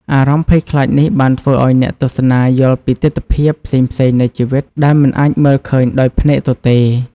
អារម្មណ៍ភ័យខ្លាចនេះបានធ្វើឲ្យអ្នកទស្សនាយល់ពីទិដ្ឋភាពផ្សេងៗនៃជីវិតដែលមិនអាចមើលឃើញដោយភ្នែកទទេ។